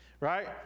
right